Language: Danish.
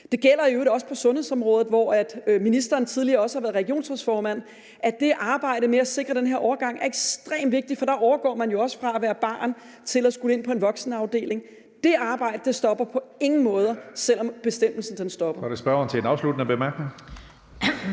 Det gælder i øvrigt også på sundhedsområdet, hvor ministeren tidligere har været regionsrådsformand, at arbejdet med at sikre den her overgang er ekstremt vigtigt, for der overgår man jo også fra at være barn til at skulle ind på en voksenafdeling. Det arbejde stopper på ingen måde, selv om bestemmelsen stopper.